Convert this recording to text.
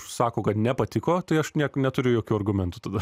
sako kad nepatiko tai aš niek neturiu jokių argumentų tada